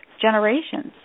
generations